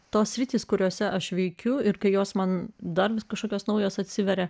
tos sritys kuriose aš veikiu ir kai jos man dar vis kažkokios naujos atsiveria